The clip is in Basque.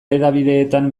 hedabideetan